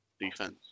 defense